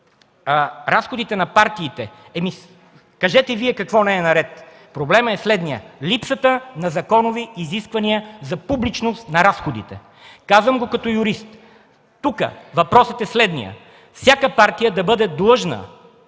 разходите на партиите, Вие кажете какво не е наред. Проблемът е следният: липсата на законови изисквания за публичност на разходите. Казвам го като юрист. Тук въпросът е следният: всяка партия да бъде длъжна